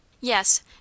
Yes